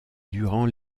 durant